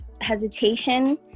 hesitation